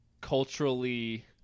culturally